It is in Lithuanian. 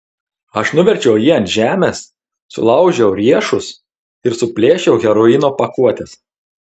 aš nuverčiau jį ant žemės sulaužiau riešus ir suplėšiau heroino pakuotes